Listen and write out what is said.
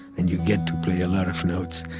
and you get to play a lot of notes.